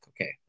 okay